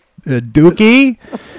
Dookie